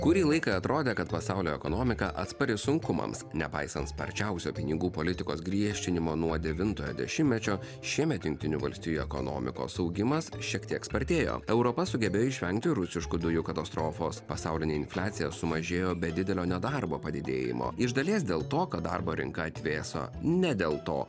kurį laiką atrodė kad pasaulio ekonomika atspari sunkumams nepaisan sparčiausio pinigų politikos griežtinimo nuo devintojo dešimtmečio šiemet jungtinių valstijų ekonomikos augimas šiek tiek spartėjo europa sugebėjo išvengti rusiškų dujų katastrofos pasaulinė infliacija sumažėjo be didelio nedarbo padidėjimo iš dalies dėl to kad darbo rinka atvėso ne dėl to